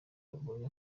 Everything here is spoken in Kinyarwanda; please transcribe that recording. babonye